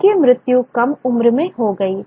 उनकी मृत्यु कम उम्र में हो गई